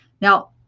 Now